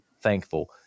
thankful